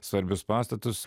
svarbius pastatus